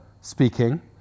speaking